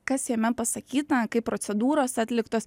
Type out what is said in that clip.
kas jame pasakyta kaip procedūros atliktos